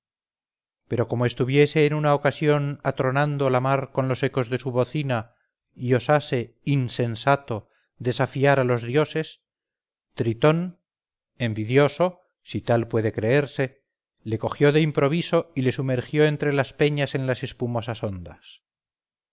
pero como estuviese en una ocasión atronando la mar con los ecos de su bocina y osase insensato desafiar a los dioses tritón envidioso si tal puede creerse le cogió de improviso y le sumergió entre las peñas en las espumosas ondas